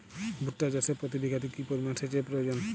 ভুট্টা চাষে প্রতি বিঘাতে কি পরিমান সেচের প্রয়োজন?